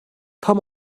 tam